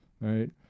right